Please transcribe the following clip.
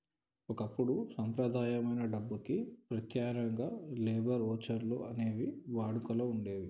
ఒకప్పుడు సంప్రదాయమైన డబ్బుకి ప్రత్యామ్నాయంగా లేబర్ వోచర్లు అనేవి వాడుకలో వుండేయ్యి